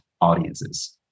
audiences